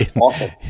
Awesome